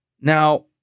Now